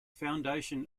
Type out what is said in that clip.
foundation